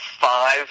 five